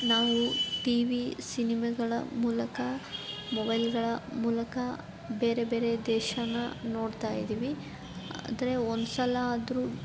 ನಾವು ಟಿವಿ ಸಿನಿಮಗಳ ಮೂಲಕ ಮೊಬೈಲ್ಗಳ ಮೂಲಕ ಬೇರೆ ಬೇರೆ ದೇಶನ ನೋಡ್ತಾಯಿದ್ದೀವಿ ಆದರೆ ಒಂದ್ಸಲ ಆದರೂ